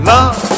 Love